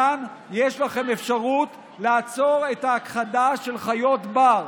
כאן יש לכם אפשרות לעצור את ההכחדה של חיות בר,